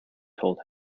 told